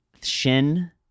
shin